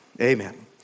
Amen